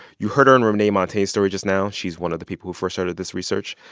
you heard her in renee montagne's story just now. she's one of the people who first started this research.